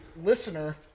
listener